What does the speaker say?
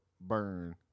Burn